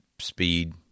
speed